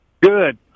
Good